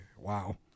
Wow